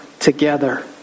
together